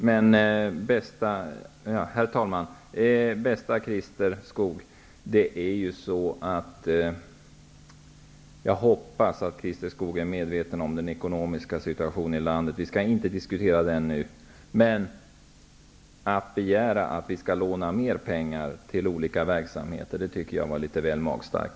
Herr talman! Jag hoppas att Christer Skoog är medveten om landets ekonomiska situation. Vi skall inte diskutera den saken nu. Men att här i kväll begära att vi skall låna mer pengar till olika verksamheter är litet väl magstarkt.